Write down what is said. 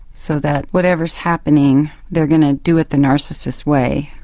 so that whatever is happening they are going to do it the narcissist way.